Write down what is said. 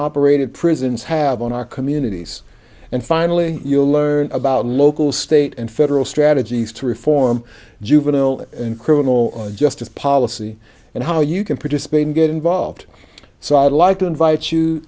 operated prisons have on our communities and finally you learn about local state and federal strategies to reform juvenile and criminal justice policy and how you can participate and get involved so i'd like to invite you